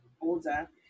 older